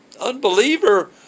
unbeliever